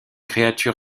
créature